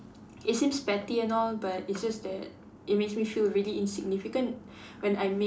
it seems petty and all but it's just that it makes me feel really insignificant when I make